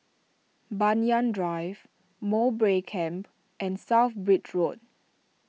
Banyan Drive Mowbray Camp and South Bridge Road